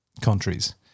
countries